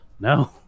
No